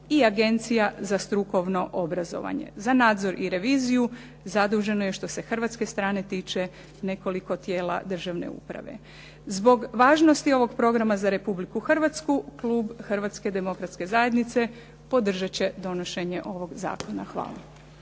i Agencija za strukovno obrazovanje. Za nadzor i reviziju zaduženo je što se hrvatske strane tiče nekoliko tijela državne uprave. Zbog važnosti ovog programa za Republiku Hrvatsku klub Hrvatske demokratske zajednice podržat će donošenje ovog zakona. Hvala.